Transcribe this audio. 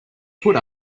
hood